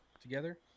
together